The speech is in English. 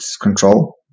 control